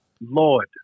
Lord